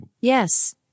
Yes